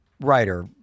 writer